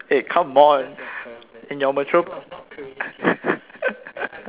eh come on in your mature